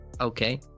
Okay